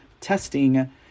testing